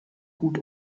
gut